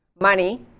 money